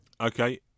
okay